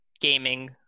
gaming